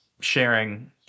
sharing